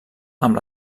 amb